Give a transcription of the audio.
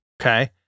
Okay